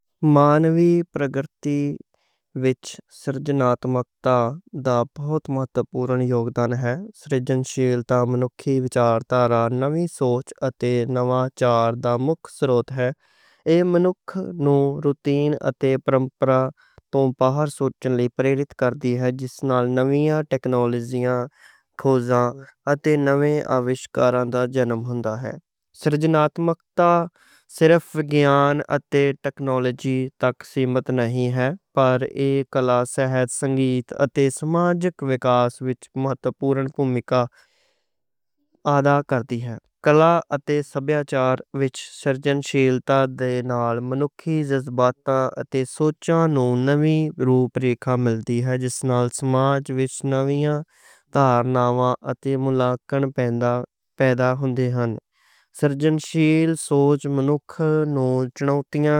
مانوی وکاس وچ سرجناتمکتا دا بہت اہم کردار ہے۔ سرجناتمک سوچ لوکاں نوں نویں خیالات تے اِنوویشن وال لے جاندی ہے۔ ایہہ لوکاں نوں روایتی طریقیاں تے روایتاں توں باہر سوچن لئی متاثر کردی ہے۔ پرابلم سالوِنگ، اینالیٹیکل اینالیسس تے کھوج دے نال جدت حاصل ہوندی ہے۔ سرجناتمکتا صرف سائنس تے ٹیکنالوجی تک محدود نہیں، بلکہ فن، صحت، سنگیت تے سماج دی وکاس وچ وی اہم کردار ادا کردی ہے۔